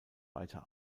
weiter